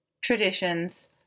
Traditions